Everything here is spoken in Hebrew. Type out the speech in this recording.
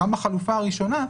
גם בחלופה הראשונה,